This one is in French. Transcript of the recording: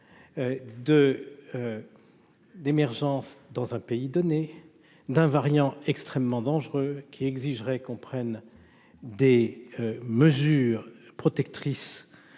de d'émergence dans un pays donné, d'un variant extrêmement dangereux qui exigerait qu'on prenne des mesures protectrices